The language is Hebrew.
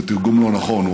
זה תרגום לא נכון.